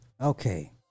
okay